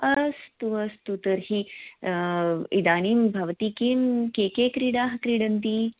अस्तु अस्तु तर्हि इदानीं भवती किं के के क्रीडाः क्रीडन्ति